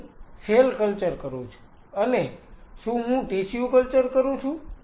હું cell culture કરું છું અને શું હું ટિશ્યુ કલ્ચર કરું છું